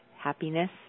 happiness